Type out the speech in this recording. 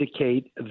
indicate